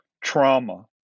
trauma